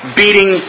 beating